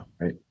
right